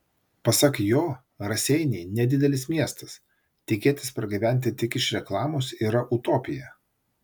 pasak jo raseiniai nedidelis miestas tikėtis pragyventi tik iš reklamos yra utopija